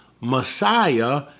Messiah